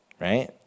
Right